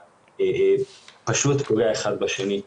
פשוט קולע אחד בשני.